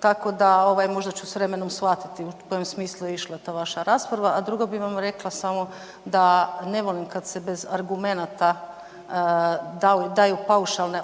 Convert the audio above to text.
tako da možda ću s vremenom shvatiti u kojem smislu je išla ta vaša rasprava. A drugo bih vam rekla samo da ne volim kada se bez argumenata daju paušalna